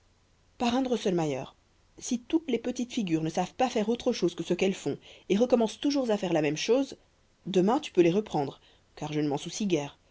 parrain drosselmayer si toutes tes petites figures ne savent pas faire autre chose que ce qu'elles font et recommencent toujours à faire la même chose demain tu peux les reprendre car je ne m'en soucie guère